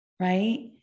Right